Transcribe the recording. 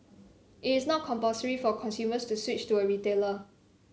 it is not compulsory for consumers to switch to a retailer